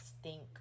stink